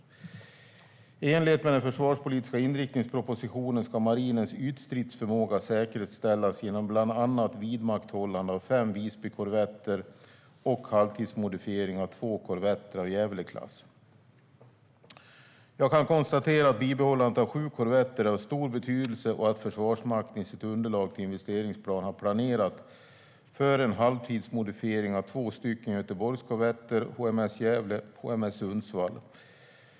I enlighet med den försvarspolitiska inriktningspropositionen ska marinens ytstridsförmåga säkerställas genom bland annat vidmakthållande av fem Visbykorvetter och halvtidsmodifiering av två korvetter av Gävleklass. Jag kan konstatera att bibehållandet av sju korvetter är av stor betydelse och att Försvarsmakten i sitt underlag till investeringsplan har planerat för en halvtidsmodifiering av två Göteborgskorvetter .